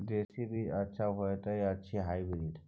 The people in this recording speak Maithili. देसी बीज अच्छा होयत अछि या हाइब्रिड?